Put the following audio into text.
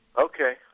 Okay